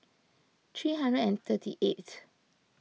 three hundred and thirty eighth